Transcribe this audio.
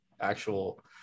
actual